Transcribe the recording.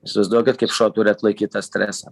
įsivaizduokit kaip šuo turi atlaikyt tą stresą